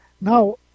Now